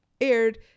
Aired